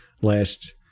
last